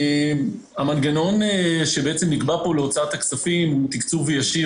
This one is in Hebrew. המנגנון שנקבע להוצאת הכספים הוא של תקצוב ישיר,